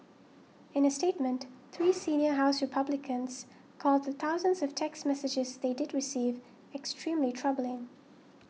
in a statement three senior House Republicans called the thousands of text messages they did receive extremely troubling